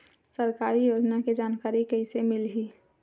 सरकारी योजना के जानकारी कइसे मिलही?